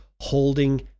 holding